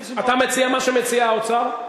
אתה מציע מה שמציע האוצר?